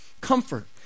comfort